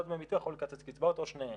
דמי ביטוח או לקצץ קצבאות או שניהם.